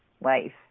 life